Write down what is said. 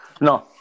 No